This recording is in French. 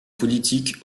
politique